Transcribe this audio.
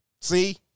See